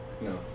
No